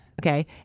Okay